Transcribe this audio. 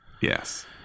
yes